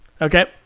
okay